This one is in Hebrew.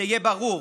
שיהיה ברור,